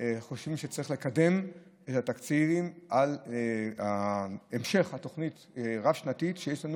חושבים שצריך לקדם את התקציבים להמשך התוכנית הרב-שנתית שיש לנו